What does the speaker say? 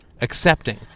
accepting